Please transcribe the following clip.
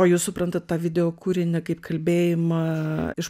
o jūs suprantat tą videokūrinį kaip kalbėjimą iš